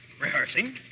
Rehearsing